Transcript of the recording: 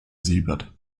siebert